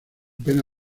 pena